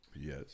Yes